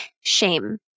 Shame